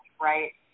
right